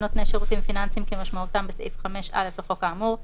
בשירות מן הסוג הזה באותה מדינה שנעשה בה הזיהוי,